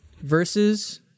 Versus